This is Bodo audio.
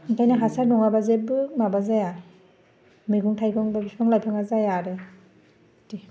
ओंखायनो हासार नङाबा जेबो माबा जाया मैगं थायगंबो बिफां लायफाङा जाया आरो बिदि